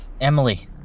Emily